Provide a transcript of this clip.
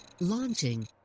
Launching